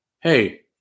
Hey